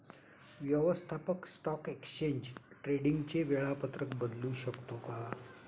व्यवस्थापक stock exchange ट्रेडिंगचे वेळापत्रक बदलू शकतो का?